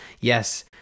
yes